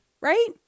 Right